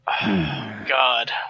God